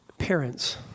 parents